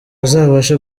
azabashe